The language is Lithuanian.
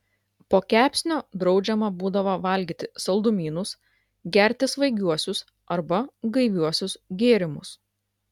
po kepsnio draudžiama būdavo valgyti saldumynus gerti svaigiuosius arba gaiviuosius gėrimus